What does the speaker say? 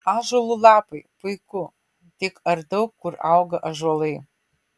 ąžuolų lapai puiku tik ar daug kur auga ąžuolai